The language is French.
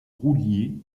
roulier